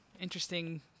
interesting